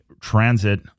transit